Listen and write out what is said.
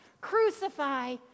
crucify